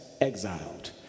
exiled